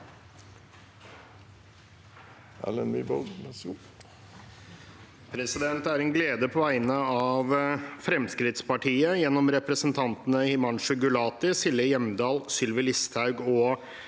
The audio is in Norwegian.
Det er en glede på vegne av Fremskrittspartiet, ved representantene Himanshu Gulati, Silje Hjemdal, Sylvi Listhaug,